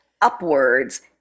upwards